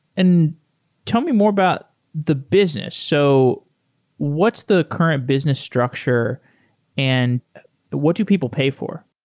and tell me more about the business. so what's the current business structure and what do people pay for?